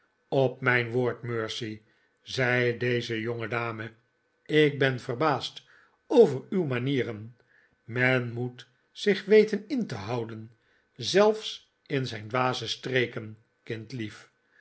op mijn woord mercy zei deze jongedame ik ben verbaasd over uw manieren men moet zich weten in te houden zelfs in zijn dwaze streken